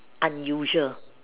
unusual